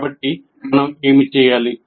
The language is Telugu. కాబట్టి మనం ఏమి చేయాలి